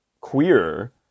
queer